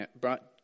brought